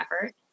effort